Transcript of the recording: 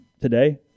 Today